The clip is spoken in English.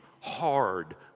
hard